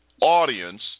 audience